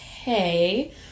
okay